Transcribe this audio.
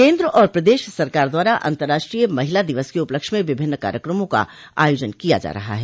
केन्द्र और प्रदेश सरकार द्वारा अन्तर्राष्ट्रीय महिला दिवस के उपलक्ष्य में विभिन्न कार्यक्रमों का आयोजन किया जा रहा है